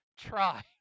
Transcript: Try